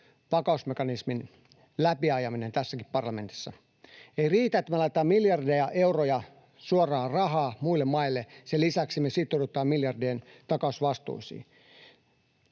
vakausmekanismin läpiajaminen tässäkin parlamentissa. Ei riitä, että me laitetaan miljardeja euroja suoraan rahaa muille maille, sen lisäksi me sitoudutaan miljardien takausvastuisiin.